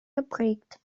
geprägt